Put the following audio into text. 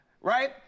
right